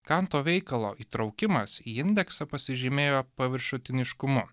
kanto veikalo įtraukimas į indeksą pasižymėjo paviršutiniškumu